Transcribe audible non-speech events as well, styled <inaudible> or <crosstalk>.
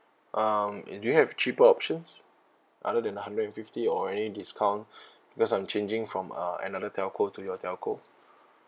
um do you have cheaper options other than the hundred and fifty or any discount <breath> because I'm changing from uh another telco to your telco